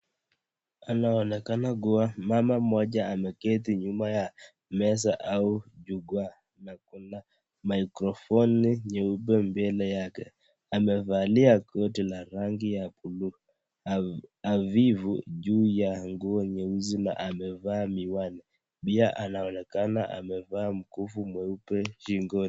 Anaonekana kuwa mama mmoja ameketi nyuma ya meza au jukwa na kuna maikrofoni nyeupe mbele yake. Amevalia koti la rangi ya buluu hafifu juu ya nguo nyeusi na amevaa miwani. Pia anaonekana amevaa mkufu mweupe shingoni.